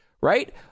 right